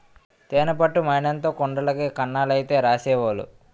తేనె పట్టు మైనంతో కుండలకి కన్నాలైతే రాసేవోలు